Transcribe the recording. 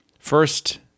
First